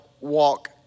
walk